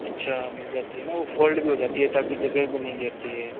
अच्छा मिल जाती है न वो फोल्ड भी हो जाती हे ताकि जगह भी नही घेरती है